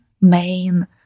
main